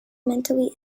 mentally